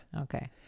Okay